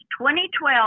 2012